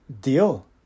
deal